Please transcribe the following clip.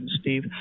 Steve